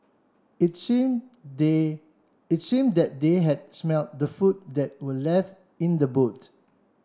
it seem they it seem that they had smelt the food that were left in the boot